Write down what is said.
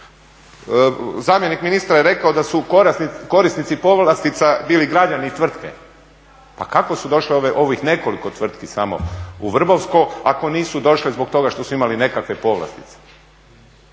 Zamjenik ministra je rekao da su korisnici povlastica bili građani i tvrtke. Pa kako su došli ovih nekoliko tvrtki samo u Vrbovsko ako nisu došli zbog toga što su imali nekakve povlastice?